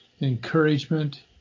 encouragement